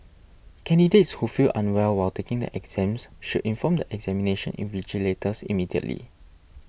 candidates who feel unwell while taking the exams should inform the examination invigilators immediately